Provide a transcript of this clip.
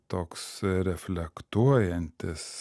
toks reflektuojantis